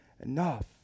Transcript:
enough